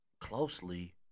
closely